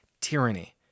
tyranny